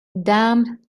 damned